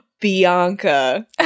Bianca